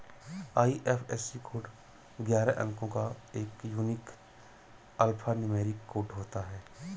IFSC code ग्यारह अंको का एक यूनिक अल्फान्यूमैरिक कोड होता है